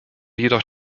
jedoch